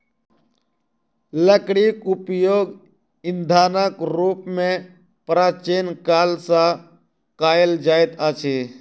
लकड़ीक उपयोग ईंधनक रूप मे प्राचीन काल सॅ कएल जाइत अछि